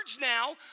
now